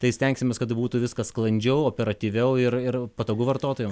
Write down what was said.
tai stengsimės kad būtų viskas sklandžiau operatyviau ir ir patogu vartotojams